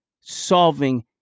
solving